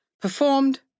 Performed